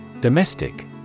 Domestic